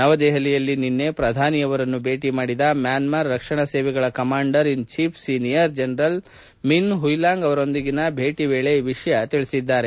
ನವದೆಹಲಿಯಲ್ಲಿ ನಿನ್ನೆ ಪ್ರಧಾನಿ ಅವರನ್ನು ಭೇಟಿ ಮಾಡಿದ ಮ್ಯಾನ್ಮಾರ್ ರಕ್ಷಣಾ ಸೇವೆಗಳ commander in chief senior general ಮಿನ್ ಪ್ಲುಯಾಂಗ್ ಅವರೊಂದಿಗಿನ ಭೇಟಿ ವೇಳೆ ಈ ವಿಷಯ ತಿಳಿಸಿದ್ದಾರೆ